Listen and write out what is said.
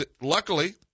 luckily